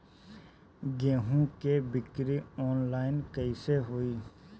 गेहूं के बिक्री आनलाइन कइसे होई?